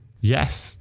Yes